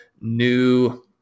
new